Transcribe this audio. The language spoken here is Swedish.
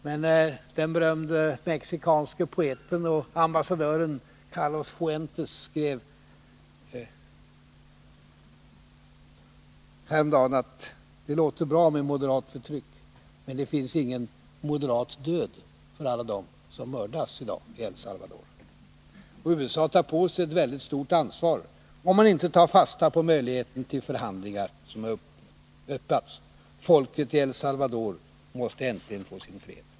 Men den berömde mexikanske poeten och ambassadören Carlos Fuentes skrev häromdagen att det låter bra med moderat förtryck, men det finns ingen moderat död för alla dem som mördas i dag i El Salvador. Och USA tar på sig ett mycket stort ansvar, om maniinte tar fasta på den möjlighet till förhandlingar som har öppnats. Folket i El Salvador måste äntligen få sin fred.